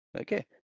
Okay